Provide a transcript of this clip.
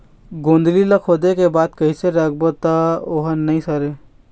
गोंदली ला खोदे के बाद कइसे राखबो त ओहर नई सरे?